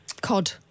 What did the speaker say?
Cod